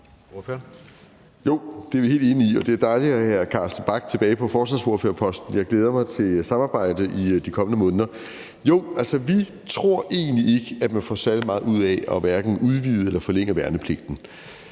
det er vi helt enige i, og det er dejligt at have hr. Carsten Bach tilbage på forsvarsordførerposten. Jeg glæder mig til at samarbejde i de kommende måneder. Vi tror egentlig ikke, at man får særlig meget ud af at hverken udvide eller forlænge værnepligten.